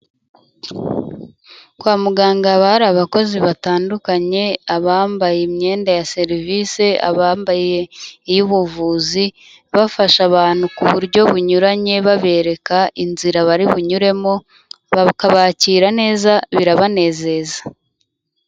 Kwa muganga haba hari abakozi batandukanye, abambaye imyenda ya serivise, abambaye iy'ubuvuzi bafasha abantu ku buryo bunyuranye babereka inzira bari bunyuremo bakabakira neza birabanezeza.